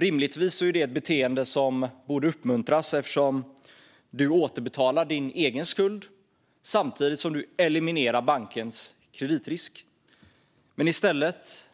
Rimligtvis är det ett beteende som borde uppmuntras eftersom du återbetalar din egen skuld, samtidigt som du eliminerar bankens kreditrisk. Men i stället